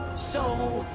so.